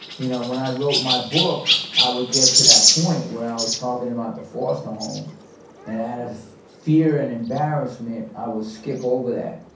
you know when i wrote my book i would get to that point where i was talking about the foster home and out of fear and embarrassment i would skip over that.